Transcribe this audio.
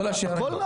חבר'ה,